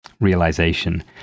realization